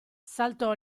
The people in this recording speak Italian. saltò